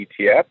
ETF